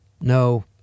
no